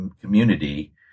community